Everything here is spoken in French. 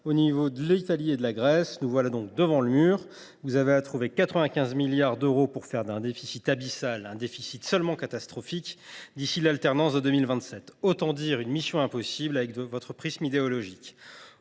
au niveau de l’Italie et de la Grèce. Nous sommes devant le mur : il vous faut trouver 95 milliards d’euros pour faire d’un déficit abyssal un déficit seulement catastrophique d’ici à l’alternance de 2027. Autant dire que la mission est impossible avec votre prisme idéologique.